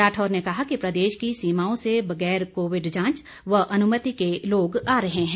राठौर ने कहा कि प्रदेश की सीमाओं से बगैर कोविड जांच व अनुमति के लोग आ रहे हैं